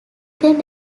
then